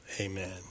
Amen